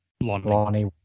Lonnie